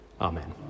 Amen